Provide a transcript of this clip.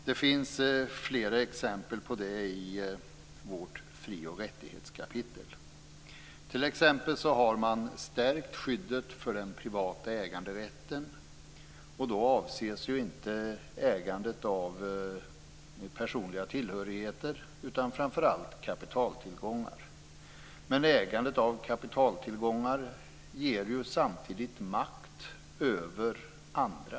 Det finns flera exempel på det i vårt fri och rättighetskapitel. Man har t.ex. stärkt skyddet för den privata äganderätten. Då avses inte ägandet av personliga tillhörigheter utan framför allt kapitaltillgångar. Men ägandet av kapitaltillgångar ger ju samtidigt makt över andra.